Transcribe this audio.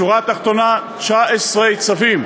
שורה תחתונה, 19 צווים,